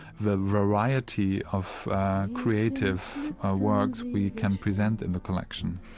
the variety of creative works we can present in the collection.